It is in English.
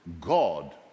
God